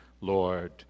Lord